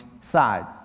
side